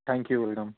thank you madam